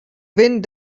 wind